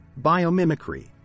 biomimicry